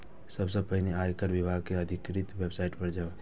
सबसं पहिने आयकर विभाग के अधिकृत वेबसाइट पर जाउ